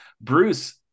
Bruce